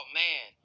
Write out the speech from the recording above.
man